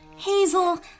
Hazel